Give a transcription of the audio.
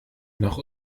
noch